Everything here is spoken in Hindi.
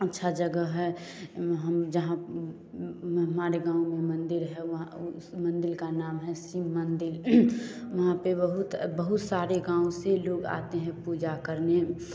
अच्छा जगह है हम जहाँ हमारे गाँव में मंदिर है वहाँ मंदिर का नाम शिव मंदिर वहाँ पर बहुत बहुत सारे गाँव से लोग आते हैं पूजा करने